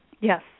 Yes